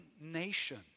nation